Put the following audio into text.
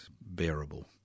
bearable